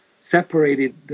Separated